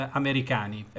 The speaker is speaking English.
americani